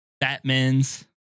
Batman's